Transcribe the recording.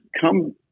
come